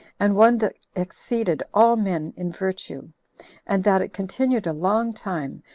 and one that exceeded all men in virtue and that it continued a long time,